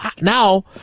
now